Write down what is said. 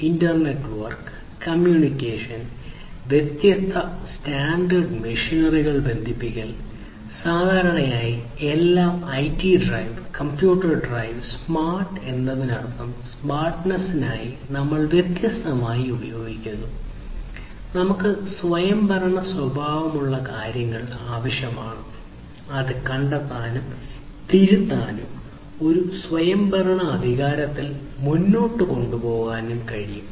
internet work communication വ്യത്യസ്ത standard മെഷിനറികൾ ബന്ധിപ്പിക്കൽ സാധാരണയായി എല്ലാ IT drive computer drive smart എന്നതിനർത്ഥം സ്മാർട്ട്നസിനായി നമ്മൾ വ്യത്യസ്തമായി ഉപയോഗിക്കുന്നു നമുക്ക് സ്വയംഭരണ സ്വഭാവമുള്ള കാര്യങ്ങൾ ആവശ്യമാണ് അത് കണ്ടെത്താനും തിരുത്താനും ഒരു സ്വയംഭരണാധികാരത്തിൽ മുന്നോട്ട് കൊണ്ടുപോകാനും കഴിയും